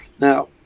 Now